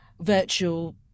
virtual